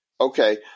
Okay